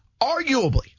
arguably